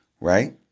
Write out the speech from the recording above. Right